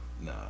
Nah